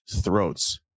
throats